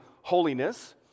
holiness